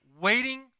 waiting